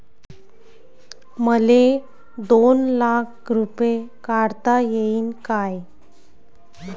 मले दोन लाख रूपे काढता येईन काय?